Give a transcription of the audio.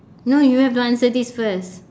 no you have to answer this first